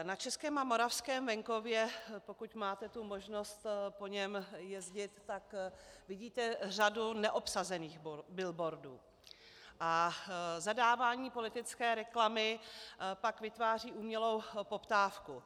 Na českém a moravském venkově, pokud máte tu možnost po něm jezdit, vidíte řadu neobsazených billboardů a zadávání politické reklamy pak vytváří umělou poptávku.